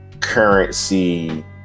currency